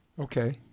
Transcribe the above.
Okay